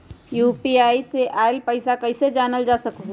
UPI से आईल पैसा कईसे जानल जा सकहु?